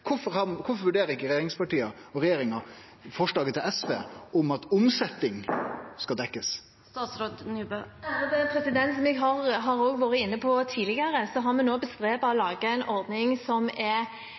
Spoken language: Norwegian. vurderer ikkje regjeringspartia forslaget frå SV, om at omsetning skal bli dekt? Som jeg har vært inne på tidligere også, har vi nå